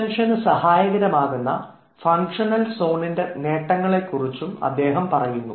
അറ്റൻഷനു സഹായകരമാകുന്ന ഫംഗ്ഷണൽ സോണിൻറെ നേട്ടങ്ങളെ കുറിച്ചും അദ്ദേഹം പറയുന്നു